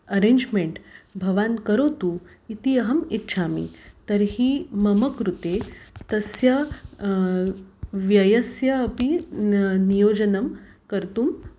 arrangement भवान् करोतु इति अहम् इच्छामि तर्हि मम कृते तस्य व्ययस्य अपि नियोजनं कर्तुं